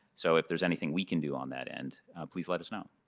so if there's anything we can do on that ends please let us know.